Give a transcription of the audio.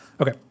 Okay